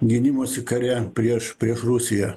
gynimosi kare prieš prieš rusiją